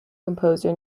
composer